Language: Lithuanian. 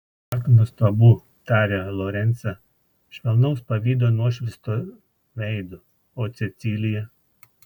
ak nuostabu tarė lorencą švelnaus pavydo nušviestu veidu o cecilija